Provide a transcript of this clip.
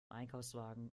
einkaufswagen